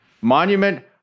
monument